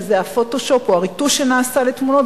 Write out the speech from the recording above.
שזה ה"פוטושופ" או הריטוש שנעשה לתמונות.